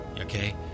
okay